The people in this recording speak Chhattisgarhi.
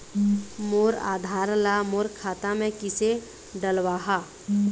मोर आधार ला मोर खाता मे किसे डलवाहा?